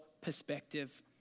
perspective